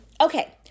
okay